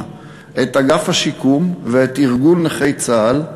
את אגף השיקום ואת ארגון נכי צה"ל הייתה: